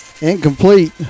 incomplete